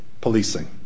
policing